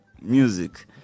music